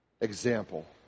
example